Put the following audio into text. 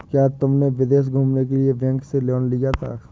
क्या तुमने विदेश घूमने के लिए बैंक से लोन लिया था?